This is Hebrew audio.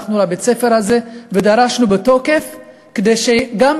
הלכנו לבית-ספר הזה ודרשנו בתוקף שגם